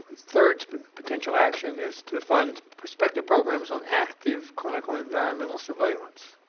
third potential action is to fund prospective programs on active clinical and environmental surveillance.